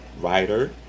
writer